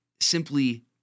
simply